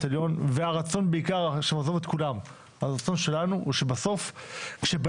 לאורך כל הכנסות שדנו